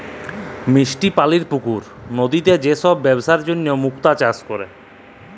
মিষ্টি পালির পুকুর, লদিতে যে সব বেপসার জনহ মুক্তা চাষ ক্যরে